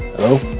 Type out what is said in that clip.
hello?